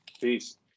Peace